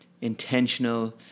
intentional